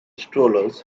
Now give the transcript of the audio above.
strollers